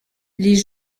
les